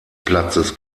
platzes